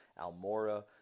Almora